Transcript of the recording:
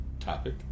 Topic